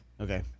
Okay